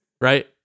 right